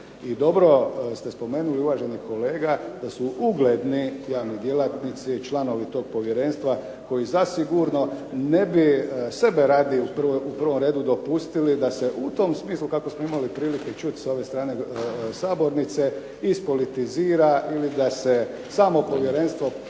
dobro ste spomenuli uvaženi kolega da su ugledni javni djelatnici članovi tog povjerenstva koji zasigurno ne bi sebe radi u prvom redu dopustili da se u tom smislu kako smo imali prilike čuti sa ove strane sabornice ispolitizira ili da se samo povjerenstvo